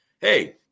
hey